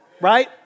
right